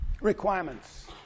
Requirements